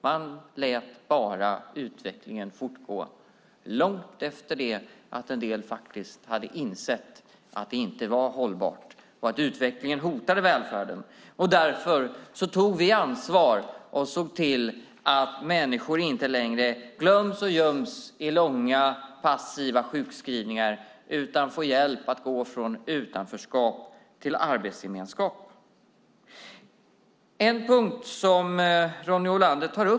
Man lät bara utvecklingen fortgå långt efter det att en del hade insett att det inte var hållbart och att utvecklingen hotade välfärden. Därför tog vi ansvar och såg till att människor inte längre glöms och göms i långa, passiva sjukskrivningar utan får hjälp att gå från utanförskap till arbetsgemenskap.